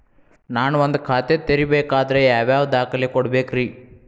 ನಾನ ಒಂದ್ ಖಾತೆ ತೆರಿಬೇಕಾದ್ರೆ ಯಾವ್ಯಾವ ದಾಖಲೆ ಕೊಡ್ಬೇಕ್ರಿ?